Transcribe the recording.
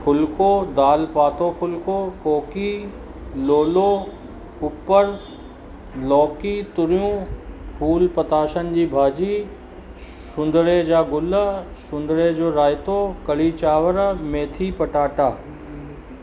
फुल्को दाल पातो फुल्को कोकी लोलो कुपर लौकी तूरियूं फूल पताशनि जी भाॼी सूंदणे जा गुल सुंदरे जो रायतो कढ़ी चांवर मैथी पटाटा